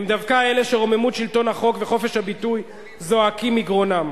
הם דווקא אלה שרוממות שלטון החוק וחופש הביטוי זועקים מגרונם.